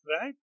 right